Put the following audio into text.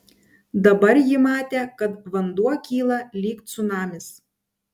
dabar ji matė kad vanduo kyla lyg cunamis